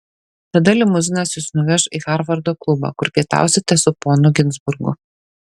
tada limuzinas jus nuveš į harvardo klubą kur pietausite su ponu ginzburgu